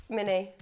Mini